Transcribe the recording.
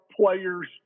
players